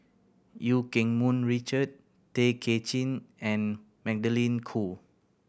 Eu Keng Mun Richard Tay Kay Chin and Magdalene Khoo